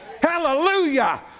Hallelujah